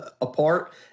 apart